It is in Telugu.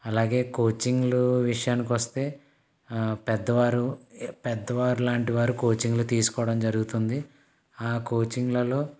అలాగే కోచింగ్లు విషయానికొస్తే పెద్దవారు పెద్దవారులాంటివారు కోచింగ్లు తీసుకోవడం జరుగుతుంది ఆ కోచింగ్లలో